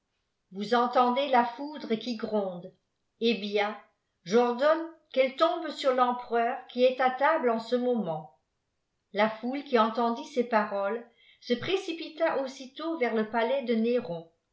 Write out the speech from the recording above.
vous fenlendez la foudre qui gronde eh bien j'ordonne qu'elle tombe sur tempereur qui'est à table en ce moment la foule qui entendit ces paroles se précipita aussitôt vers le palais de néron